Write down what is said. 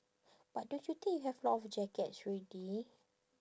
but don't you think you have a lot of jackets already